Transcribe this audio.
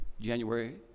January